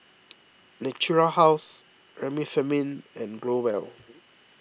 Natura House Remifemin and Growell